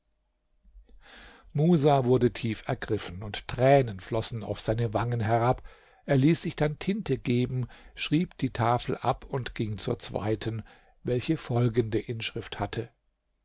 musa wurde tief ergriffen und tränen flossen auf seine wangen herab er ließ sich dann tinte geben schrieb die tafel ab und ging zur zweiten welche folgende inschrift hatte